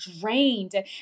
drained